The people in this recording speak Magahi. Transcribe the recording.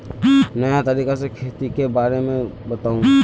नया तरीका से खेती के बारे में बताऊं?